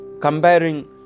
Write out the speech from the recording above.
comparing